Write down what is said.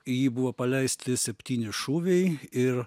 į jį buvo paleisti septyni šūviai ir